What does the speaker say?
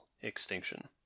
Extinction